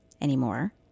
anymore